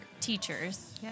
teachers